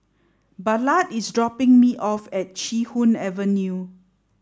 Ballard is dropping me off at Chee Hoon Avenue